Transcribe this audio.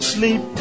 Sleep